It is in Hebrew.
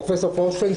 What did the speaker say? הפרופ' פוירשטיין,